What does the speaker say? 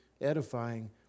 edifying